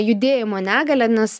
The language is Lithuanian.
judėjimo negalią nes